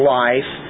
life